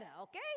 okay